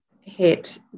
hit